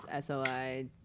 SOI